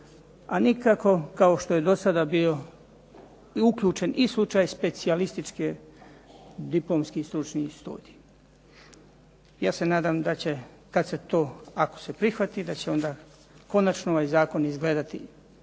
a nikako kao što je do sada bio uključen i slučaj specijalističke diplomski stručni studij. Ja se nadam da će kad se to, ako se prihvati, da će onda konačno ovaj zakon izgledati